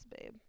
babe